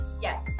Yes